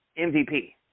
MVP